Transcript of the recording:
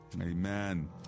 Amen